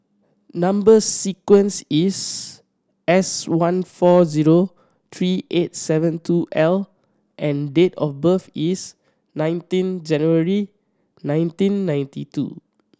number sequence is S one four zero three eight seven two L and date of birth is nineteen January nineteen ninety two